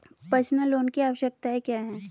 Personal loan की आवश्यकताएं क्या हैं?